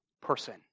person